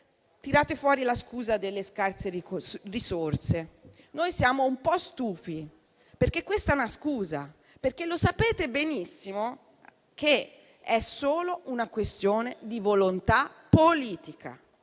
tirate fuori la scusa delle scarse di risorse. Siamo un po' stufi, perché questa è una scusa: sapete benissimo infatti che è solo una questione di volontà politica